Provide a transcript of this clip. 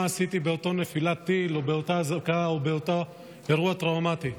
עשיתי באותה נפילת טיל או באותה אזעקה או באותו אירוע טראומטי.